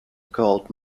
called